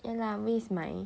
ya lah waste my